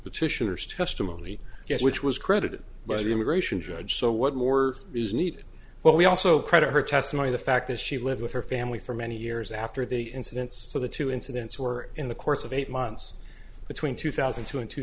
petitioners testimony yet which was credited by the immigration judge so what more is needed but we also credit her testimony the fact that she lived with her family for many years after the incident so the two incidents or in the course of eight months between two thousand and two and two